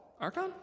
Archon